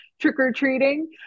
trick-or-treating